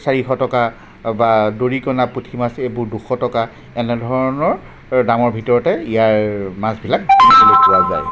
চাৰিশ টকা বা দৰিকণা পুঠিমাছ এইবোৰ দুশ টকা এনেধৰণৰ দামৰ ভিতৰতে ইয়াৰ মাছবিলাক কিনিবলৈ পোৱা যায়